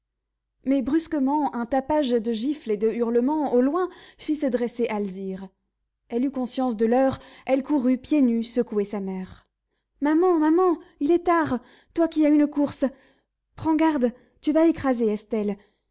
mais brusquement un tapage de gifles et de hurlements au loin fit se dresser alzire elle eut conscience de l'heure elle courut pieds nus secouer sa mère maman maman il est tard toi qui as une course prends garde tu vas écraser estelle